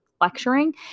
lecturing